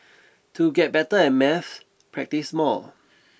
to get better at maths practise more